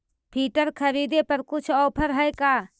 Filter खरिदे पर कुछ औफर है का?